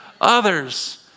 others